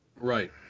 Right